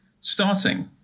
starting